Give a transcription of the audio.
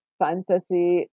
fantasy